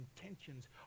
intentions